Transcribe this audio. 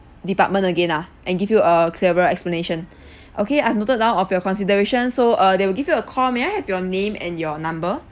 department again ah and give you a clearer explanation okay I've noted down of your consideration so uh they will give you a call may I have your name and your number